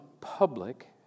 public